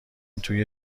توی